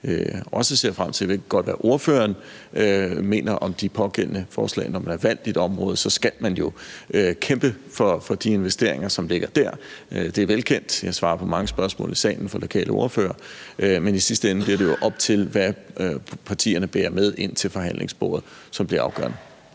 også ser frem til at høre. Jeg ved godt, hvad ordføreren mener om de pågældende forslag. Når man er valgt i et område, skal man jo kæmpe for de investeringer, der ligger der. Det er velkendt. Jeg svarer på mange spørgsmål i salen fra de forskellige lokalt valgte medlemmer, men i sidste ende er det jo det, partierne bærer med ind til forhandlingsbordet, der bliver afgørende.